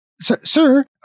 Sir